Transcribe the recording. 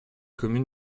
communes